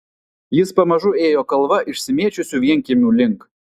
jis pamažu ėjo kalva išsimėčiusių vienkiemių link